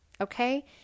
okay